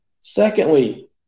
Secondly